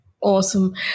Awesome